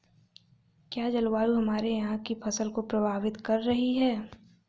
क्या जलवायु हमारे यहाँ की फसल को प्रभावित कर रही है?